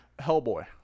Hellboy